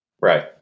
right